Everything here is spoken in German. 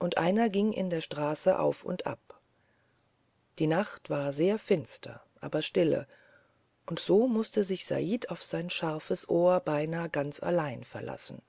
und einer ging in der straße auf und ab die nacht war sehr finster aber stille und so mußte sich said auf sein scharfes ohr beinahe ganz allein verlassen